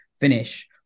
finish